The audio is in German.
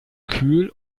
kühl